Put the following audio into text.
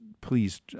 please